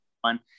one